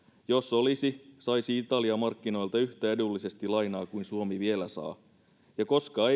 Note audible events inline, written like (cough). jos olisi saisi italia markkinoilta yhtä edullisesti lainaa kuin suomi vielä saa ja koska (unintelligible)